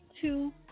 two